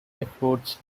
affords